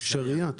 השריעה